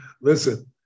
Listen